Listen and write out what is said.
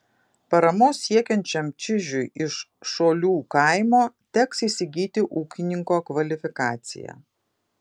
paramos siekiančiam čižiui iš šolių kaimo teks įsigyti ūkininko kvalifikaciją